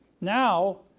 now